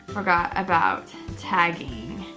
forgot about tagging.